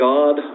God